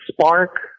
spark